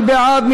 מי בעד?